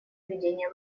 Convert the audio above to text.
ведения